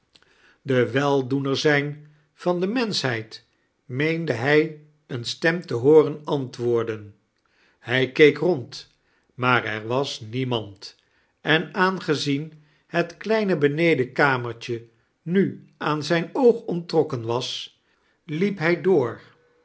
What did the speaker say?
de weldoener zijn van de menschheid meende hij een stem te hooren antwoorden hij keek rond maar er was niemand en aangezien het kleine bemedenkamertje nu aan zijn oog onttrokken was liep hij door